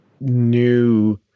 new